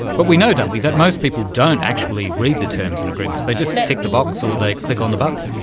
but we know, don't we, that most people don't actually read the terms and agreements, they just tick the box or they click on the button.